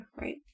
right